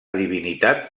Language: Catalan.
divinitat